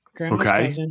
Okay